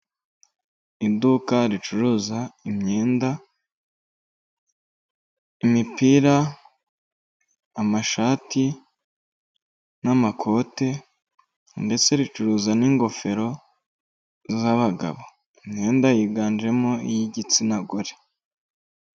Iduka ricuruza imyenda, imipira, amashati n'amakote ndetse ricuruza n'ingofero z'abagabo, imyenda yiganjemo iy'igitsina gore.